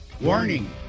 warning